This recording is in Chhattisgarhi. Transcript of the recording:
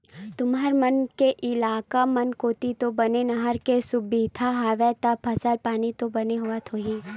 तुंहर मन के इलाका मन कोती तो बने नहर के सुबिधा हवय ता फसल पानी तो बने होवत होही?